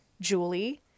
Julie